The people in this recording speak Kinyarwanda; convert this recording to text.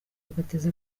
bigateza